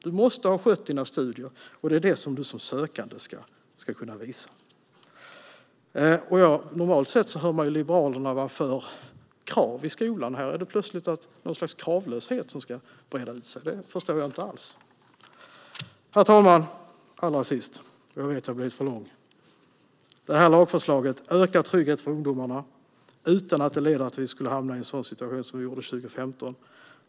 Man måste ha skött sina studier, och det är det som man som sökande ska kunna visa. Normalt sett hör man Liberalerna vara för krav i skolan, men här är det plötsligt något slags kravlöshet som ska breda ut sig. Det förstår jag inte alls. Herr talman! Jag vet att jag har talat för länge. Allra sist: Lagförslaget ökar tryggheten för ungdomar utan att det leder till att vi hamnar i en sådan situation som vi hade 2015.